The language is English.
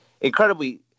incredibly